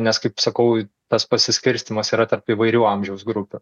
nes kaip sakau tas pasiskirstymas yra tarp įvairių amžiaus grupių